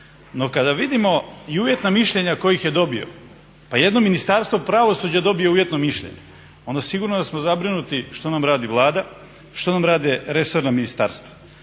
No, kada vidimo i uvjetna mišljenja tko ih je dobio. Pa jedno Ministarstvo pravosuđa dobije uvjetno mišljenje, onda sigurno da smo zabrinuti što nam radi Vlada, što nam rade resorna ministarstva.